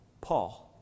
Paul